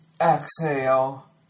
exhale